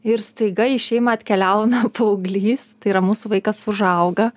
ir staiga į šeimą atkeliauna paauglys tai yra mūsų vaikas užauga